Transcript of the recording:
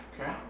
Okay